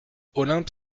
olympe